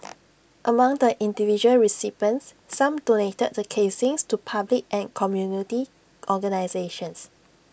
among the individual recipients some donated the casings to public and community organisations